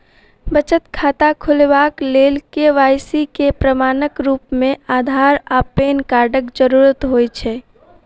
बचत खाता खोलेबाक लेल के.वाई.सी केँ प्रमाणक रूप मेँ अधार आ पैन कार्डक जरूरत होइ छै